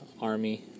army